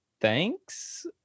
thanks